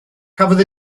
cafodd